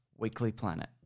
weeklyplanet